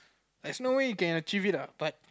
there's no way you can achieve it ah but